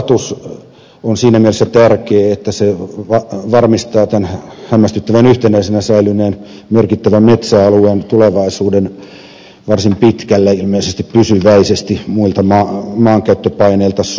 kansallispuistostatus on siinä mielessä tärkeä että se varmistaa tämän hämmästyttävän yhtenäisenä säilyneen merkittävän metsäalueen tulevaisuuden varsin pitkälle ja ilmeisesti pysyväisesti muilta maankäyttöpaineilta suojassa